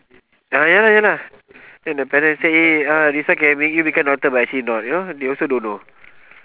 ah ya lah ya lah then the parents say eh ah this one can make you become doctor but actually not you know they also don't know